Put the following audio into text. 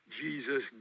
Jesus